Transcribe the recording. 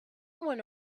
went